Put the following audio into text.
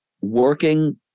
working